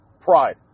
Pride